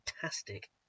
fantastic